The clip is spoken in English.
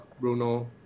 Bruno